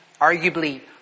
arguably